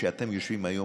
כשאתם יושבים היום,